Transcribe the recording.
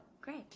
great